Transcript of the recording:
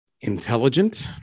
intelligent